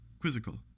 quizzical